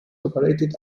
operated